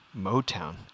Motown